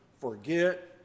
forget